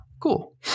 cool